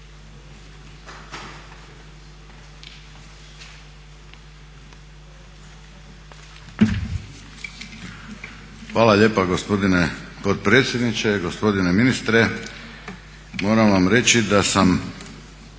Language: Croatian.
Hvala lijepa gospodine potpredsjedniče. Gospodine ministre moram vam reći da sam